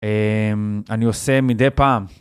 אני עושה מדי פעם.